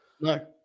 No